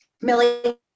Millie